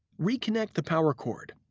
reconnect the power cord.